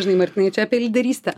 žinai martynai čia apie lyderystę